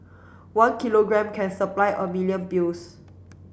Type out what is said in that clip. one kilogram can supply a million pills